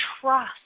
trust